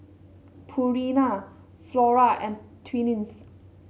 Purina Flora and Twinings